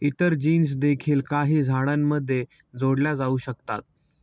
इतर जीन्स देखील काही झाडांमध्ये जोडल्या जाऊ शकतात